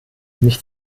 nicht